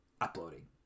uploading